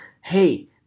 Hey